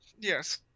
Yes